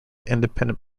independent